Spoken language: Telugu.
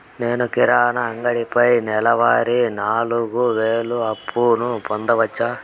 నేను కిరాణా అంగడి పైన నెలవారి నాలుగు వేలు అప్పును పొందొచ్చా?